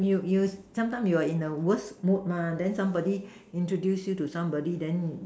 you you sometime you're in the worst mood mah then somebody introduce you to somebody then